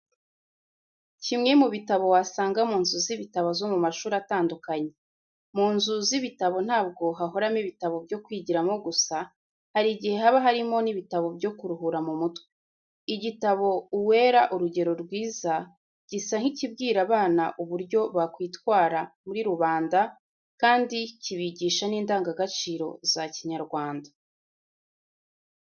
Kimwe mu bitabo wasanga mu nzu z'ibitabo zo mu mashuri atandukanye. Mu nzu z'ibitabo ntabwo hahoramo ibitabo byo kwigiramo gusa, hari igihe haba harimo n'ibitabo byo kuruhura mu mutwe. Igitabo ''Uwera urugero rwiza'' gisa nk'ikibwira abana uburyo bakwitara muri rubanda kandi kibigisha n'indangagaciro za Kinyarwanda.